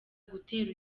gutera